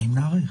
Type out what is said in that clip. אם נאריך.